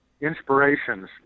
inspirations